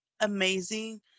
amazing